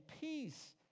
peace